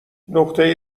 نقطه